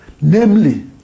namely